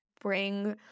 bring